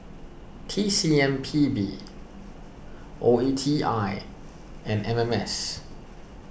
T C M P B O E T I and M M S